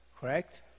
correct